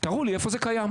תראו לי איפה זה קיים.